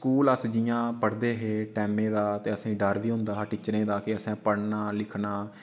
school अस जि'यां पढ़दे हे टैमें दा ते असें ई डर बी होंदा हा टीचरें दा की असें पढ़ना लिखना